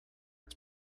its